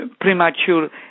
premature